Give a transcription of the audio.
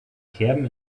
kerben